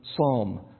psalm